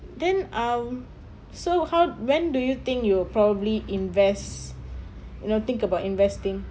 then um so how when do you think you'll probably invest you know think about investing